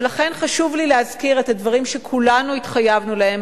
ולכן חשוב לי להזכיר את הדברים שכולנו התחייבנו להם,